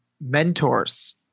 mentors